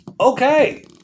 Okay